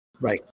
Right